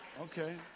Okay